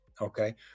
okay